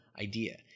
idea